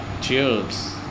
cheers